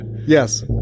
Yes